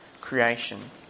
creation